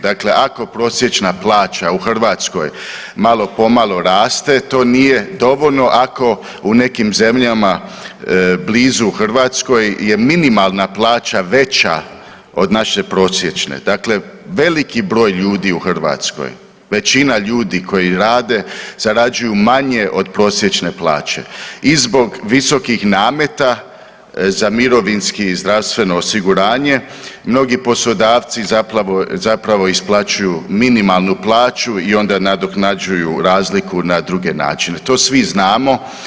Dakle, ako prosječna plaća u Hrvatskoj malo po malo raste, to nije dovoljno ako u nekim zemljama blizu Hrvatskoj je minimalna plaća veća od naše prosječne, dakle veliki broj ljudi u Hrvatskoj, većina ljudi koji rade zarađuju manje od prosječne plaće i zbog visokih nameta za mirovinski i zdravstveno osiguranje mnogi poslodavci zapravo isplaćuju minimalnu plaću i onda nadoknađuju razliku na druge načine, to svi znamo.